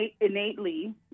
innately